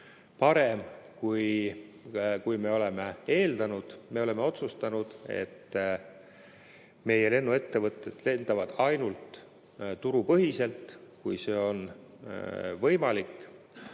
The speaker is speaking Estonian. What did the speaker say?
parem, kui me oleme eeldanud. Me oleme otsustanud, et meie lennuettevõtted lendavad ainult turupõhiselt, kui see on võimalik.